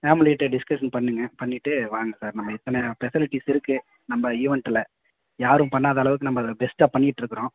ஃபேமிலிக்கிட்ட discussion பண்ணுங்கள் பண்ணிட்டு வாங்க சார் நம்ம இத்தனை ஸ்பெசலிட்டிஸ் இருக்குது நம்ம ஈவெண்ட்டுல யாரும் பண்ணாத அளவுக்கு நம்ம அதை பெஸ்ட்டா பண்ணிக்கிட்டு இருக்கிறோம்